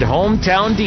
Hometown